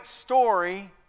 story